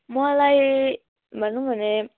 मलाई भनौँ भने